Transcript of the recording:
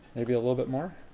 maybe a little but more.